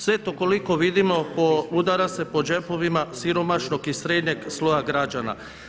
Sve je to koliko vidimo podudara se po džepovima siromašnog i srednjeg sloja građana.